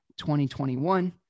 2021